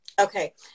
Okay